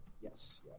Yes